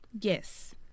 Yes